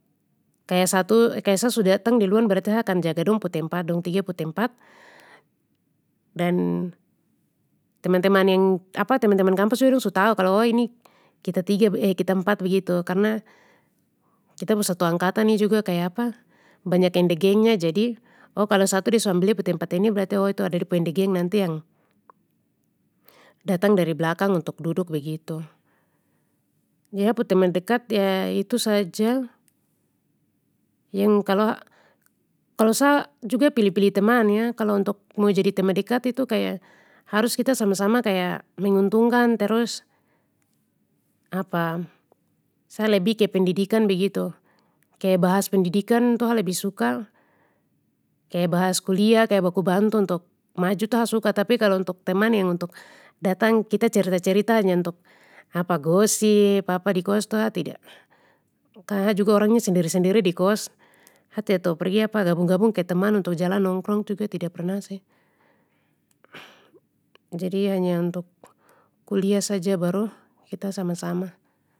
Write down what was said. Kaya satu kaya sa su datang duluan berarti ha akan jaga dong pu tempat dong tiga pu tempat, dan, teman teman yang teman taman yang kampus juga dong su tahu kalo oh ini kita tiga kita empat begitu karna, kita pu satu angkatan ini juga kaya banyak endegengnya jadi, oh kalo satu de su ambil de pu tempat ini berarti oh itu ada de pu endegeng nanti yang, datang dari blakang untuk duduk begitu. Jadi ha pu tempat ya itu saja, yang kalo-kalo sa juga pilih pilih teman ya kalo untuk mau jadi teman dekat itu kaya harus kita sama sama kaya menguntungkan terus sa lebih ke pendidikan begitu, kaya bahas pendidikan begitu ha lebih suka, kaya bahas kuliah kaya baku bantu untuk maju tu ha suka tapi kalo untuk teman yang untuk datang kita cerita cerita hanya untuk gosip di kos tu ha tida, ha juga orangnya ha sendiri sendiri di kos, ha tida tahu pergi gabung gabung ke teman untuk jalan nongkrong juga tida pernah sih. Jadi hanya untuk kuliah saja baru kita sama sama.